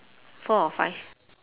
four or five